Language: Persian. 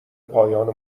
پایان